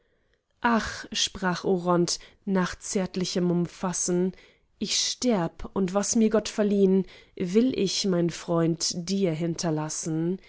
ach sprach oront nach zärtlichem umfassen ich sterb und was mir gott verliehn will ich mein freund dir hinterlassen